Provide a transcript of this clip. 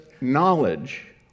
knowledge